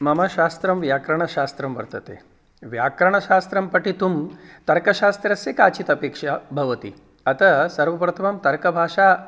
मम शास्त्रं व्याकरणशास्त्रं वर्तते व्याकरणशास्त्रं पठितुं तर्कशास्त्रस्य काचित् अपेक्षा भवति अतः सर्वप्रथमं तर्कभाषा